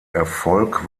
erfolg